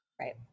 right